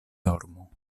dormu